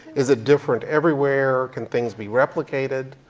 is it different everywhere? can things be replicated?